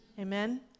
Amen